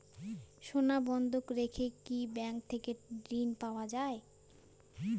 সোনা বন্ধক রেখে কি ব্যাংক থেকে ঋণ পাওয়া য়ায়?